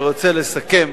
אני רוצה לסכם,